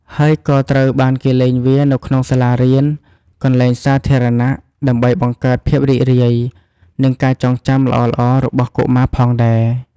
ហើយក៏ត្រូវបានគេលេងវា នៅក្នុងសាលារៀន កន្លែងសាធារណៈ ដើម្បីបង្កើតភាពរីករាយ និងការចងចាំល្អៗរបស់កុមារផងដែរ។